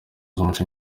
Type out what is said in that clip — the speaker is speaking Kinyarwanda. z’umuco